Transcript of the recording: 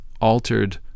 altered